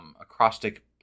acrostic